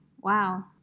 Wow